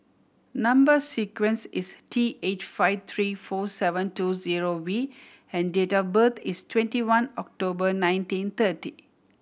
number sequence is T eight five three four seven two zero V and date of birth is twenty one October nineteen thirty